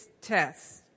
tests